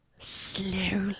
Slowly